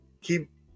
keep